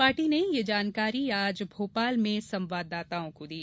party ने यह जानकारी आज भोपाल में संवाददाताओं को दी